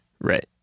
Right